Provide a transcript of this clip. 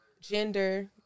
gender